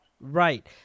Right